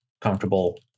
comfortable